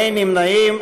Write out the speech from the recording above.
אין נמנעים.